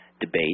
debate